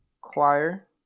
choir